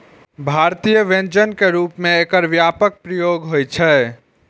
भारतीय व्यंजन के रूप मे एकर व्यापक प्रयोग होइ छै